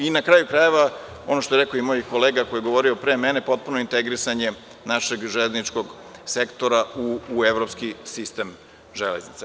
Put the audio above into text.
I na kraju krajeva, ono što je rekao i moj kolega pre mene, potpuno integrisanje našeg železničkog sektora u evropski sistem železnica.